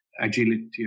agility